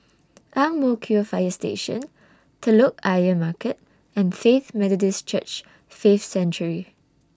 Ang Mo Kio Fire Station Telok Ayer Market and Faith Methodist Church Faith Sanctuary